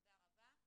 תודה רבה.